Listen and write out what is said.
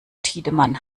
tiedemann